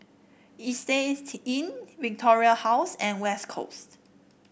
Istay Inn Victoria House and West Coast